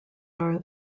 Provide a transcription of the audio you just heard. are